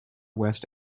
west